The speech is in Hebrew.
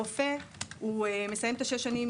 הרופא מסיים את שש השנים,